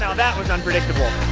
so that was unpredictable.